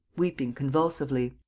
weeping convulsively.